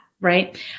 right